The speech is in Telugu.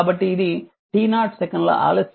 కాబట్టి ఇది t0 సెకన్ల ఆలస్యం అయిన u